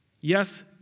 Yes